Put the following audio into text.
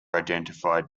identified